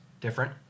different